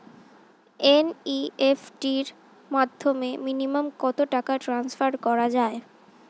NEFT র মাধ্যমে minimum কত টাকা টান্সফার করা যায়?